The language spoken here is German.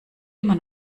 immer